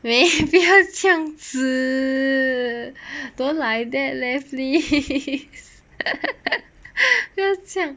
喂不要这样子 don't like that leh please 不要这样